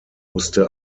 musste